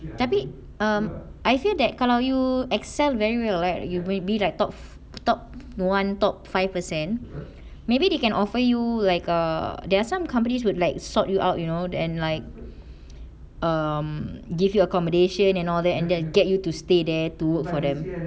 tapi um I feel that kalau you excel very real like you will be like top top one top five percent maybe they can offer you like uh there are some companies would like sought you out you know then like um give you accommodation and all that and then get you to stay there to work for them